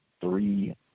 three